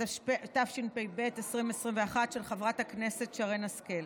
התשפ"ב 2021, של חברת הכנסת שרן השכל.